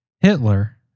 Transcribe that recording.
Hitler